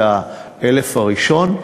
את ה-1,000 הראשון,